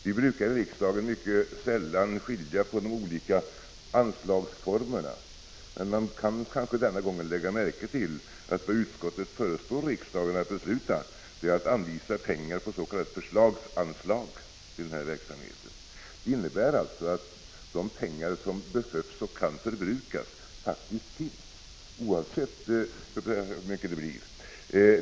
Vi brukar i riksdagen mycket sällan skilja på de olika anslagsformerna, men man bör kanske denna gång lägga märke till att vad utskottet föreslår riksdagen att besluta är att anvisa pengar på s.k. förslagsanslag till den här verksamheten. Det innebär att de pengar som behövs och kan förbrukas faktiskt finns, oavsett hur mycket det blir.